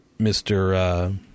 Mr